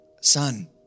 Son